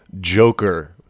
joker